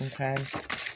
Okay